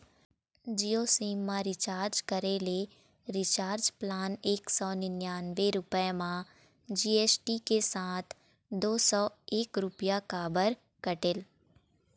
Jio sim मा recharge करे ले रिचार्ज प्लान एक सौ निन्यानबे रुपए मा जी.एस.टी के साथ दो सौ एक रुपया काबर कटेल?